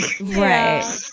Right